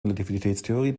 relativitätstheorie